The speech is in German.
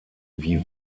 wie